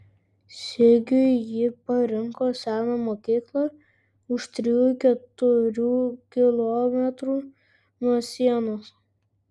sigiui ji parinko seną mokyklą už trijų keturių kilometrų nuo sienos